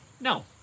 No